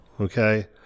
Okay